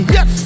Yes